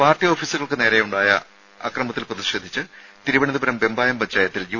party ഓഫീസുകൾക്ക് നേരെയുണ്ടായ അക്രമത്തിൽ പ്രതിഷേധിച്ച് തിരുവനന്തപുരം വെമ്പായം പഞ്ചായത്തിൽ യു